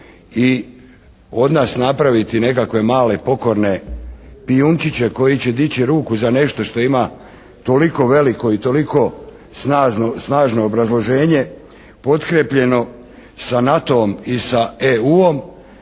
i od nas napraviti nekakve male pokorne piunčiće koji će dići ruku za nešto što ima toliko veliko i toliko snažno obrazloženje potkrijepljeno sa NATO-om i sa EU-om